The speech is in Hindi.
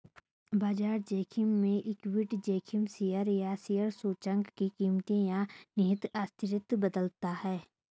बाजार जोखिम में इक्विटी जोखिम शेयर या शेयर सूचकांक की कीमतें या निहित अस्थिरता बदलता है